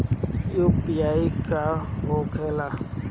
UPI का होके ला?